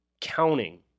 counting